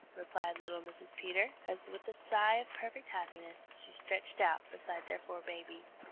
replied little mrs. peter, as with a sigh of perfect happiness she stretched out beside their four babies.